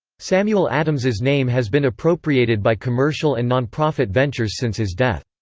samuel adams's name has been appropriated by commercial and non-profit ventures since his death.